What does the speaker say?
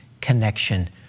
connection